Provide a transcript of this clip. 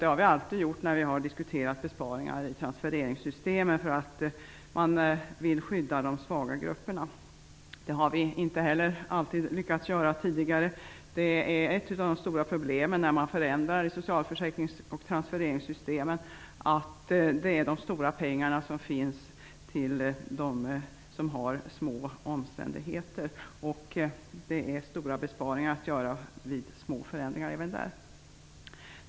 Det har alltid funnits när vi har diskuterat besparingar i transfereringssystemen. Man vill skydda de svaga grupperna. Det har vi inte heller alltid lyckats göra tidigare. Ett av de stora problemen när man förändrar i socialförsäkrings och transfereringssystemen är att det är stora pengar som finns, för dem som har små omständigheter. Det är alltså stora besparingar att göra vid små förändringar även där.